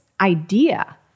idea